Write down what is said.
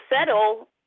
settle